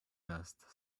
vest